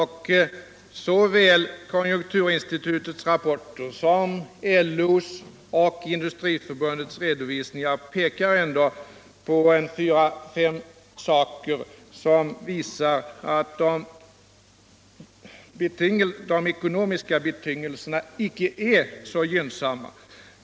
Såväl konjunkturinstitutets rupporter som LÖ:s och Industriförbundets redovisningar pekar ändå på fyra fom fakta som visar att de ekononvuiska betingelserna inte är så gynnsamma.